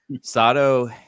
Sato